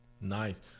Nice